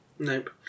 Nope